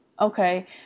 Okay